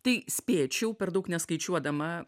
tai spėčiau per daug neskaičiuodama